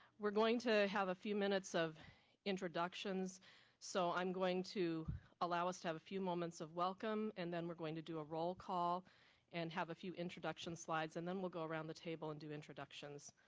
we're going to have a few minutes of introductions so i'm going to allow us to have a few moments of welcome and then we're going to do a roll call and have a few introduction slides and then we'll go around the table and do introductions.